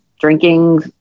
drinking